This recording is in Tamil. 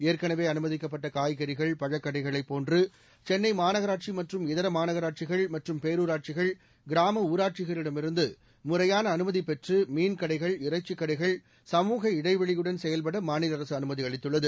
ஏற்கனவே அனுமதிக்கப்பட்ட காய்கறிகள் பழக்கடைகளைப் போன்று சென்னை மாநகராட்சி மற்றும் இதர மாநகராட்சிகள் மற்றும் பேரூராட்சிகள் கிராம ஊராட்சிகளிடமிருந்து முறையான அனுமதி பெற்று மீன் கடைகள் இறைச்சிக் கடைகள் சமூக இடைவெளியுடன் செயல்பட மாநில் அரசு அனுமதி அளித்துள்ளது